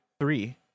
three